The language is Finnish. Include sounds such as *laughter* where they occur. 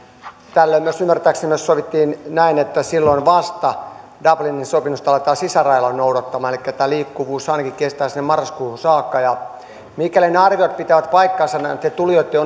tällöin ymmärtääkseni myös sovittiin näin että silloin vasta dublinin sopimusta aletaan sisärajoilla noudattamaan elikkä tämä liikkuvuus kestää ainakin sinne marraskuuhun saakka mikäli ne ne arviot pitävät paikkansa näitten suomeen tulijoitten *unintelligible*